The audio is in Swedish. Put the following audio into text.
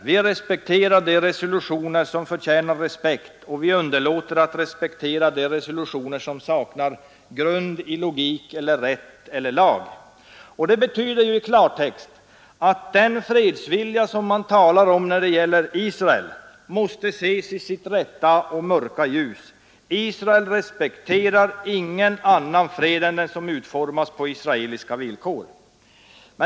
Vi respekterar de resolutioner som förtjänar respekt och vi underlåter att respektera de resolutioner som saknar grund i logik eller rätt eller lag.” Det betyder i klartext att den fredsvilja som man talar om när det gäller Israel måste ses i sin rätta och mörka dager. Israel respekterar ingen annan fred än den som utformas på israeliska villkor.